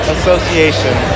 Association